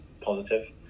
positive